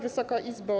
Wysoka Izbo!